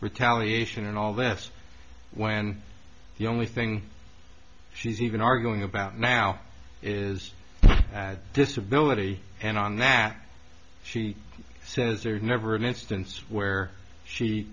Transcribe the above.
retaliation and all that's when the only thing she's even arguing about now is disability and on that she says there's never an instance where she